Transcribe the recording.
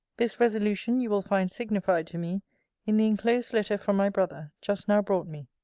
this resolution you will find signified to me in the inclosed letter from my brother, just now brought me.